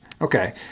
Okay